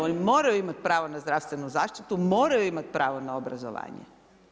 Oni moraju imati pravo na zdravstvenu zaštitu, moraju imati pravo na obrazovanje.